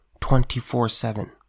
24-7